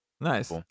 Nice